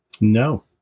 No